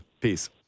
Peace